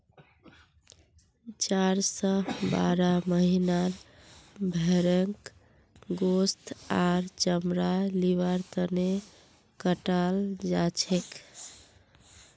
चार स बारह महीनार भेंड़क गोस्त आर चमड़ा लिबार तने कटाल जाछेक